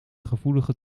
gevoelige